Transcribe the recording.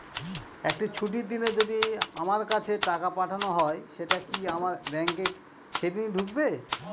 একটি ছুটির দিনে যদি আমার কাছে টাকা পাঠানো হয় সেটা কি আমার ব্যাংকে সেইদিন ঢুকবে?